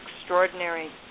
extraordinary